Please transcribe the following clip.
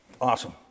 Awesome